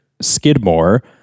Skidmore